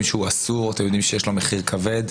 שהוא אסור ואתם יודעים שיש לו מחיר כבד.